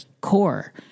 core